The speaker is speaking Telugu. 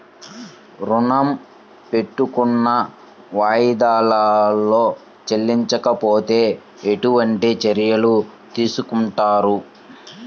ఋణము పెట్టుకున్న వాయిదాలలో చెల్లించకపోతే ఎలాంటి చర్యలు తీసుకుంటారు?